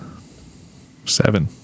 Seven